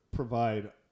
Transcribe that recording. Provide